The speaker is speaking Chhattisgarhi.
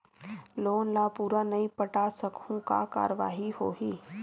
लोन ला पूरा नई पटा सकहुं का कारवाही होही?